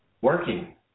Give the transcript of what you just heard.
working